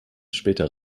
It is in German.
später